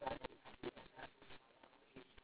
especially you all live so far away from the school leh